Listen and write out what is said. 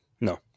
No